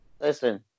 Listen